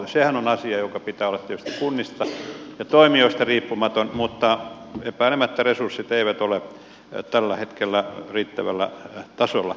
sehän on asia jonka tietysti pitää olla kunnista ja toimijoista riippumaton mutta epäilemättä resurssit eivät ole tällä hetkellä riittävällä tasolla